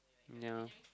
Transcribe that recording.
ya